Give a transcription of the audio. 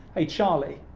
hey charlie,